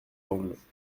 angles